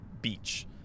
beach